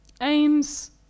aims